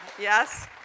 Yes